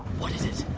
what is it?